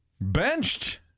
benched